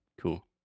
Cool